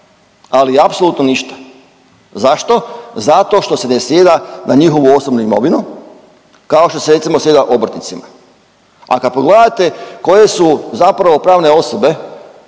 ali apsolutno ništa. Zašto? Zato što se ne sjeda na njihovu osobnu imovinu kao što se recimo sjeda obrtnicima. A kad pogledate koje su zapravo pravne osobe